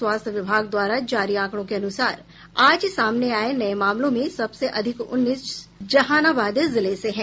स्वास्थ्य विभाग द्वारा जारी आंकड़ों के अनुसार आज सामने आये नये मामलों में सबसे अधिक उन्नीस जहानाबाद जिले से हैं